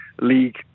league